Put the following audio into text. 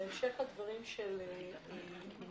בהמשך לדברים של ינון,